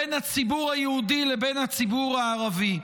בין הציבור היהודי לבין הציבור הערבי.